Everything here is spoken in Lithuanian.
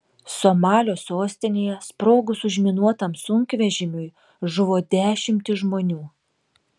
somalio sostinėje sprogus užminuotam sunkvežimiui žuvo dešimtys žmonių